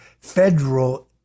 federal